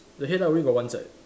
the headlight only got one side